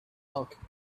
alchemy